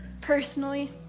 personally